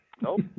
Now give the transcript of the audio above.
Nope